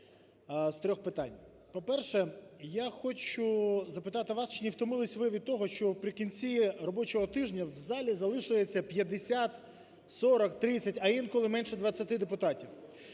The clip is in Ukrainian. з трьох питань. По-перше, я хочу запитати вас, чи не втомились ви від того, що наприкінці робочого тижня в залі залишається 50, 40, 30, а інколи менше 20 депутатів.